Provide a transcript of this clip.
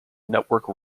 network